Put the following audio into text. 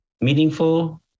meaningful